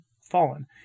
fallen